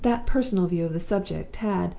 that personal view of the subject had,